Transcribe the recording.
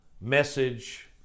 message